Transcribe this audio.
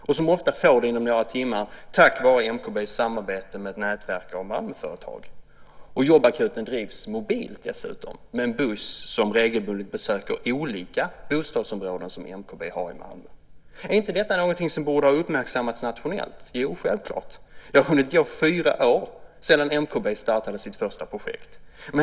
De får det ofta inom några timmar tack vare MKB:s samarbete med ett nätverk av Malmöföretag. Jobbakuten drivs dessutom mobilt med en buss som regelbundet besöker olika bostadsområden som MKB har i Malmö. Är inte detta någonting som borde ha uppmärksammats nationellt? Jo, självklart. Det har hunnit gå fyra år sedan MKB startade sitt första projekt.